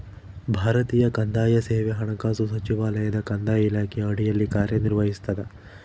ಭಾರತೀಯ ಕಂದಾಯ ಸೇವೆ ಹಣಕಾಸು ಸಚಿವಾಲಯದ ಕಂದಾಯ ಇಲಾಖೆಯ ಅಡಿಯಲ್ಲಿ ಕಾರ್ಯನಿರ್ವಹಿಸ್ತದ